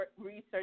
research